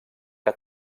que